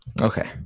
Okay